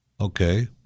okay